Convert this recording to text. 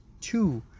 two